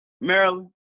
Maryland